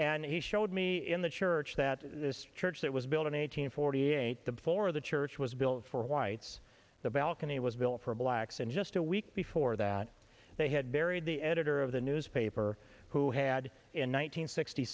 and he showed me in the church that this church that was built on eight hundred forty eight the before the church was built for whites the balcony was built for blacks and just a week before that they had buried the editor of the newspaper who had in